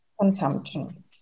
consumption